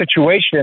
situation